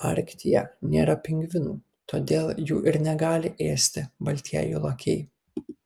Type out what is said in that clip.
arktyje nėra pingvinų todėl jų ir negali ėsti baltieji lokiai